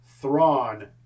Thrawn